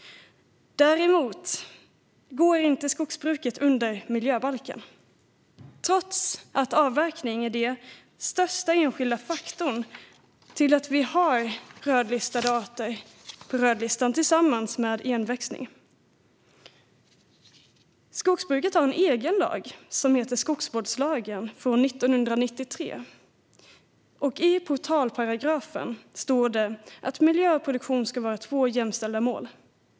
Däremot lyder inte skogsbruket under miljöbalken, trots att avverkning är den enskilt största faktorn till att vi har så många arter på rödlistan tillsammans med enväxling. Skogsbruket har en egen lag, skogsvårdslagen, från 1993. I portalparagrafen står det att miljö och produktion ska vara två jämställda mål.